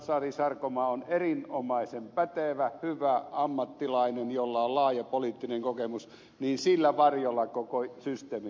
sari sarkomaa on erinomaisen pätevä hyvä ammattilainen jolla on laaja poliittinen kokemus niin sillä varjolla koko systeemi pitää pilata